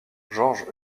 george